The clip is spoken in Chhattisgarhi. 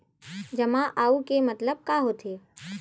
जमा आऊ के मतलब का होथे?